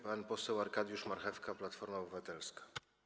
Pan poseł Arkadiusz Marchewka, Platforma Obywatelska.